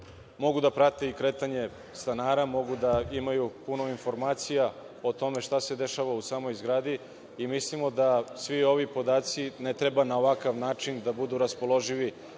mogu da prate i kretanje stanara, mogu da imaju puno informacija o tome šta se dešava u samoj zgradi i mislimo da svi ovi podaci ne treba na ovakav način da budu raspoloživi